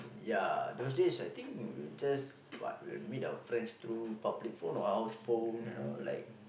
ya those days I think we'll just what we'll meet our friends through public phone or house phone you know like